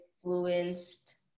influenced